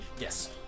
Yes